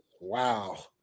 Wow